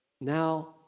now